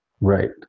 Right